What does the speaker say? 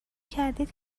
کردید